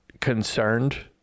concerned